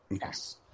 Yes